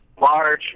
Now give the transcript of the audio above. large